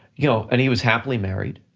you know and he was happily married